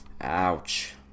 Ouch